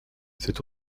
c’est